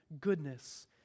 goodness